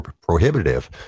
prohibitive